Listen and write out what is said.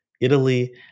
Italy